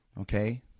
Okay